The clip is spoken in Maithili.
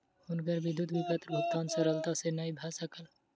हुनकर विद्युत विपत्र भुगतान सरलता सॅ नै भ सकल